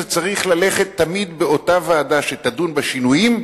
זה צריך ללכת תמיד לאותה ועדה שתדון בשינויים,